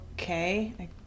okay